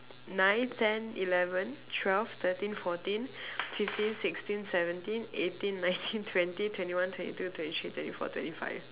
nine ten eleven twelve thirteen fourteen fifteen sixteen seventeen eighteen nineteen twenty twenty one twenty two twenty three twenty four twenty five